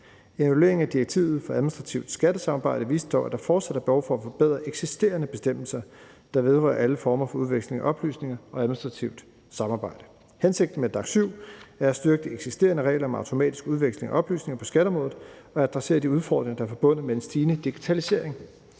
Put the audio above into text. En evaluering af direktivet for administrativt skattesamarbejde viste dog, at der fortsat er behov for at forbedre eksisterende bestemmelser, der vedrører alle former for udveksling af oplysninger og administrativt samarbejde. Hensigten med DAC7 er at styrke de eksisterende regler om automatisk udveksling af oplysninger på skatteområdet og adressere de udfordringer, der er forbundet med den stigende digitalisering